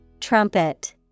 Trumpet